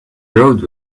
road